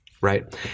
right